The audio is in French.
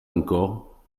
encore